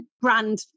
brand